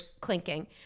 clinking